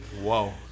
Whoa